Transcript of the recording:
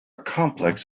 complex